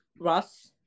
Russ